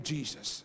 Jesus